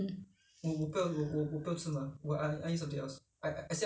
ya lor 你要买椰浆 lor or just put the coconut